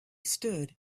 stood